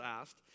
asked